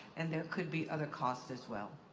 and there could be other costs, as well.